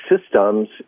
systems